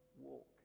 walk